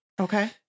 Okay